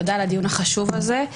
תודה על הדיון החשוב הזה.